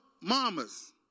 mamas